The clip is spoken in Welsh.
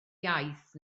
iaith